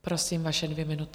Prosím, vaše dvě minuty.